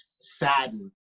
saddened